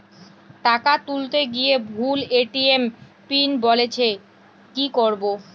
টাকা তুলতে গিয়ে ভুল এ.টি.এম পিন বলছে কি করবো?